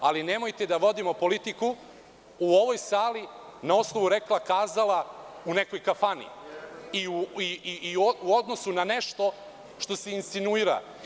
Ali, nemojte da vodimo politiku u ovoj sali na osnovu „rekla kazala“ u nekoj kafani i u odnosu na nešto što se insinuira.